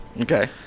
Okay